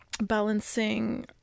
balancing